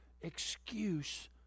excuse